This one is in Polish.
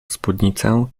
spódnicę